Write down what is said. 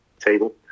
table